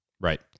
Right